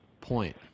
point